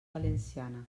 valenciana